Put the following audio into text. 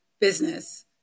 business